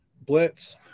Blitz